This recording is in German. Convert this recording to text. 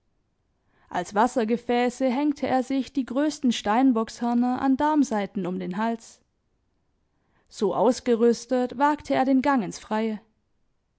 als wassergefäße hängte er sich die größten steinbockshörner an darmsaiten um den hals so ausgerüstet wagte er den gang ins freie